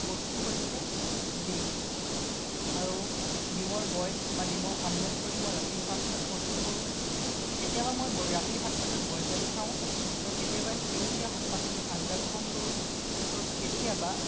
বস্তু হৈছে ডিম আৰু ডিমৰ বইল বা ডিমৰ আমলেট কৰি মই ৰাতি ভাত সাঁজ প্ৰস্তুত কৰোঁ কেতিয়াবা মই ৰাতিৰ ভাত সাঁজত বইল দালি খাওঁ আৰু কেতিয়াবা সেউজীয়া শাক পাচলি আঞ্জা গ্ৰহণ কৰোঁ আৰু কেতিয়াবা